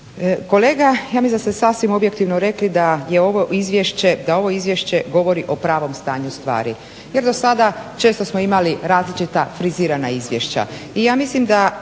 Kolega ja mislim da ste sasvim objektivno rekli da ovo izvješće govori o pravom stanju stvari jer do sada često smo imali različita frizirana izvješća.